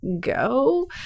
go